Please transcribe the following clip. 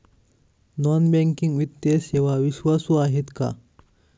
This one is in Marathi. नॉन बँकिंग वित्तीय सेवा विश्वासू आहेत का?